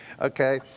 Okay